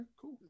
cool